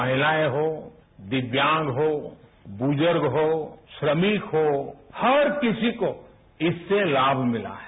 महिलाएं हों दिव्यांग हो बुजुर्गहो श्रमिकहो हर किसी को इससे लाभ मिला है